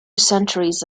centuries